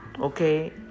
Okay